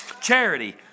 charity